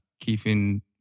keeping